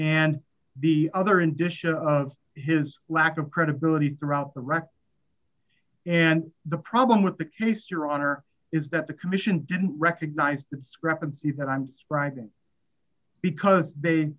and the other indicia of his lack of credibility throughout the wreck and the problem with the case your honor is that the commission didn't recognize the discrepancy that i'm writing because they